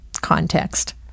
context